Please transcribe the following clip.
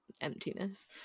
emptiness